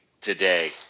today